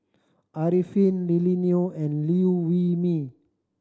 Arifin Lily Neo and Liew Wee Mee